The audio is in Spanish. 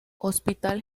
hospital